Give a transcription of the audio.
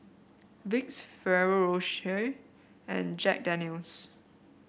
Vicks Ferrero Rocher and Jack Daniel's